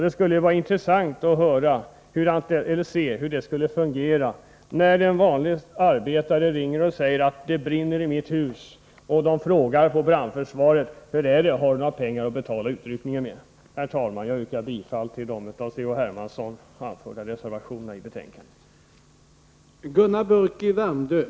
Det vore intressant att se hur det skulle fungera, när en vanlig arbetare ringer och säger att det brinner i hans hus och brandförsvaret frågar: Hur är det, har du några pengar att betala utryckningen med? Herr talman! Jag yrkar bifall till C.-H. Hermanssons reservation i betänkandet.